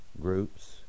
groups